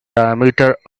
diameter